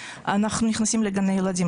אנחנו נכנסים לגני ילדים,